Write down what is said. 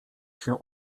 się